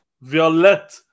Violet